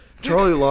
Charlie